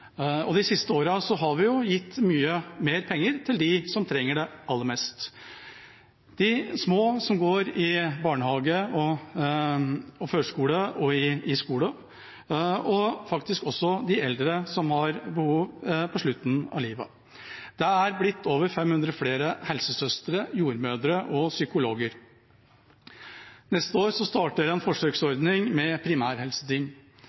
og de siste årene har vi gitt mye mer penger til dem som trenger det aller mest – de små som går i barnehage, førskole og skole, og faktisk også de eldre som har behov på slutten av livet. Det er blitt over 500 flere helsesøstre, jordmødre og psykologer. Neste år starter en forsøksordning med primærhelseteam.